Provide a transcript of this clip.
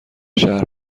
شهر